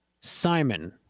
simon